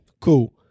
Cool